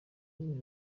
nyine